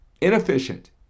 inefficient